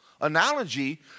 analogy